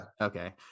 Okay